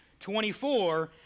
24